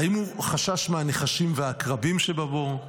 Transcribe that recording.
האם הוא חשש מהנחשים והעקרבים שבבור?